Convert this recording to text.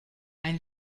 ein